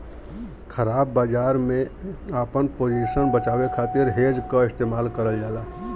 ख़राब बाजार में आपन पोजीशन बचावे खातिर हेज क इस्तेमाल करल जाला